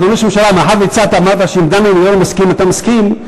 מה שדן מרידור מסכים אתה מסכים,